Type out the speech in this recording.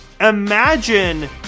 imagine